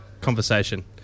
conversation